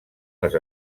les